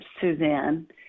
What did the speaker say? Suzanne